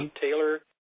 Taylor